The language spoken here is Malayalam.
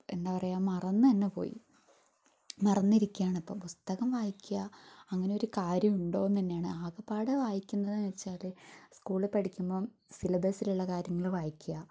എന്താ പറയുക മറന്നുതന്നെ പോയി മറന്നിരിക്കുകയാണ് ഇപ്പം പുസ്തകം വായിക്കുക അങ്ങനെയൊരു കാര്യം ഉണ്ടോയെന്ന് തന്നെയാണ് ആകപ്പാടെ വായിക്കുന്നതെന്നു വച്ചാൽ സ്കൂളിൽ പടിക്കുമ്പം സിലബസ്സിലുള്ള കാര്യങ്ങൾ വായിക്കുക